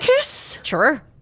sure